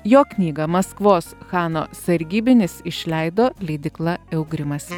jo knygą maskvos chano sargybinis išleido leidykla eugrimas